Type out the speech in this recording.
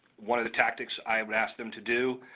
one of the tactics i have asked them to do,